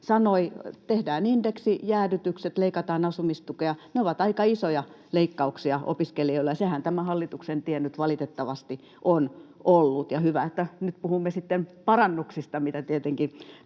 sanoi. Tehdään indeksijäädytykset, leikataan asumistukea — ne ovat aika isoja leikkauksia opiskelijoilla. Sehän tämä hallituksen tie nyt valitettavasti on ollut, ja hyvä, että nyt puhumme sitten parannuksista, mikä tietenkin